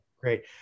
Great